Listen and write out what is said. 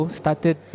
started